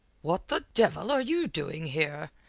what the devil are you doing here?